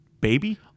baby